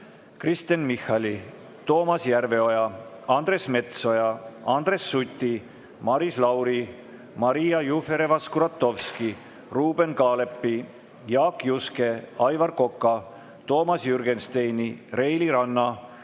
Kristen Michali, Toomas Järveoja, Andres Metsoja, Andres Suti, Maris Lauri, Maria Jufereva-Skuratovski, Ruuben Kaalepi, Jaak Juske, Aivar Koka, Toomas Jürgensteini, Reili Ranna,